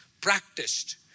practiced